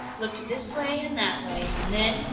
looked this way and that way, and then,